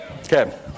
Okay